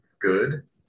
good